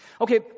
Okay